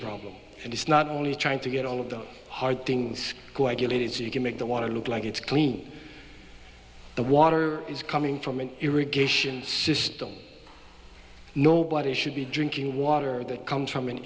problem and it's not only trying to get all of those hard things go ideally it's you can make the want to look like it's clean the water is coming from an irrigation system nobody should be drinking water that comes from an